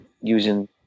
using –